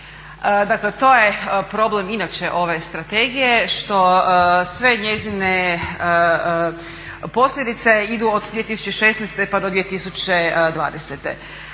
Dakle, to je problem inače ove strategije što sve njezine posljedice idu od 2016. pa do 2020.